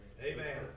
Amen